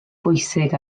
bwysig